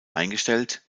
eingestellt